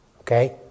okay